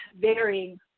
varying